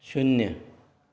शुन्य